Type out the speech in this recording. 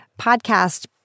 podcast